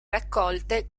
raccolte